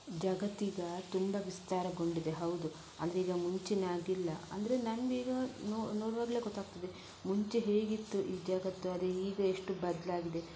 ಜಗತ್ತೀಗ ತುಂಬ ವಿಸ್ತಾರಗೊಂಡಿದೆ ಹೌದು ಅಂದರೀಗ ಮುಂಚಿನಾಗಿಲ್ಲ ಅಂದರೆ ನಮಗೀಗ ನೋ ನೋಡುವಾಗಲೇ ಗೊತ್ತಾಗ್ತದೆ ಮುಂಚೆ ಹೇಗಿತ್ತು ಈ ಜಗತ್ತು ಅದೇ ಈಗ ಎಷ್ಟು ಬದಲಾಗಿದೆ